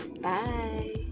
bye